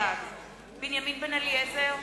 בעד בנימין בן-אליעזר,